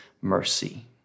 mercy